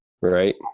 right